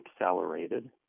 accelerated